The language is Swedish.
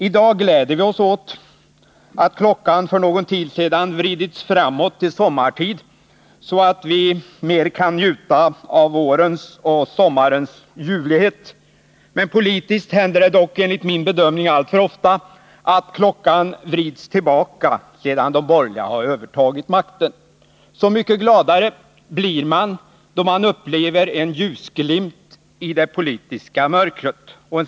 I dag gläder vi oss åt att klockan för någon tid sedan vreds fram till sommartid, så att vi mer kan njuta av vårens och sommarens ljuvlighet. Politiskt har dock, enligt min bedömning, klockan alltför ofta vridits tillbaka sedan de borgerliga övertog makten. Så mycket gladare blir man då man upplever en ljusglimt i det politiska mörkret.